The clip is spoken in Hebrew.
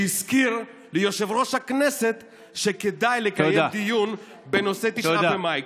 שהזכיר ליושב-ראש הכנסת שכדאי לקיים דיון בנושא 9 במאי,